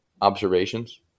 observations